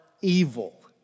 evil